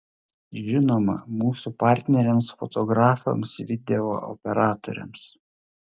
žinoma mūsų partneriams fotografams video operatoriams